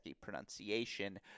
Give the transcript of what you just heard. pronunciation